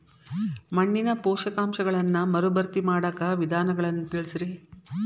ಮಣ್ಣಿನ ಪೋಷಕಾಂಶಗಳನ್ನ ಮರುಭರ್ತಿ ಮಾಡಾಕ ವಿಧಾನಗಳನ್ನ ತಿಳಸ್ರಿ